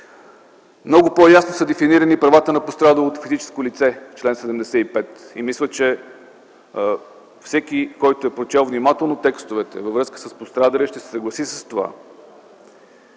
Много по-ясно са дефинирани правата на пострадалото физическо лице – чл. 75. Мисля, че всеки, който е прочел внимателно текстовете във връзка с пострадалия, ще се съгласи с това.